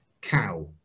cow